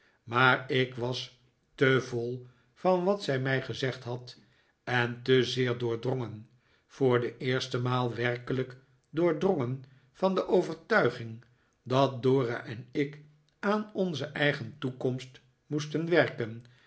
maar ik was te vol van wat zij mij gezegd had en te zeer doordrongen voor de eerste maal werkelijk doordrongen van de overtuiging dat dora en ik aan onze eigen toekomst moesten werken